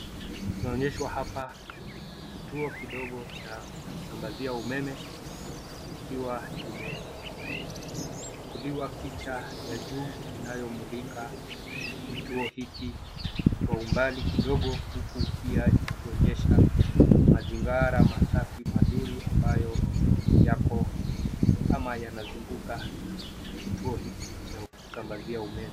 Tunaonyeshwa hapa kituo kidogo cha kusambazia umeme kikiwa kimechukuliwa picha ya juu inayomulika kituo hiki kwa umbali kidogo huku pia ikionyesha mazingira masafi mazuri ambayo yako ama yanazunguka kituo hiki cha kusambazia umeme.